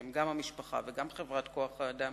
שהם גם המשפחה וגם חברת כוח-האדם,